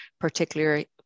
particularly